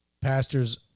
pastors